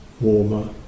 warmer